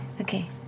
Okay